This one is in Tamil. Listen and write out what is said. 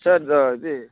சார் இதை இது